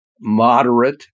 moderate